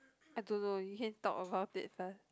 I don't know you can talk about it first